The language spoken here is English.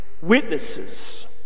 witnesses